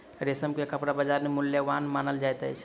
रेशम के कपड़ा बजार में मूल्यवान मानल जाइत अछि